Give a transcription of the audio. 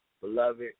beloved